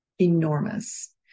enormous